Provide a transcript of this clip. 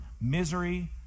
misery